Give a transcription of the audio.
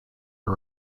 are